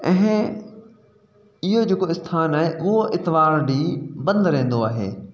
ऐं इहो जेको स्थान आहे उहो आर्तवारु ॾींहुं बंदि रहंदो आहे